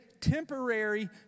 temporary